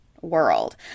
world